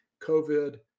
COVID